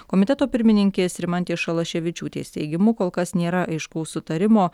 komiteto pirmininkės rimantės šalaševičiūtės teigimu kol kas nėra aiškaus sutarimo